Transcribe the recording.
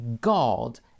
God